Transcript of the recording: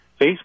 Facebook